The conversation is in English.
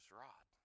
rod